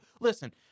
Listen